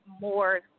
more